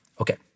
Okay